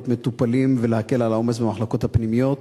מטופלים ולהקל על העומס במחלקות הפנימיות,